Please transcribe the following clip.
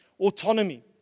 autonomy